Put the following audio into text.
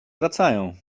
wracają